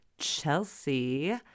Chelsea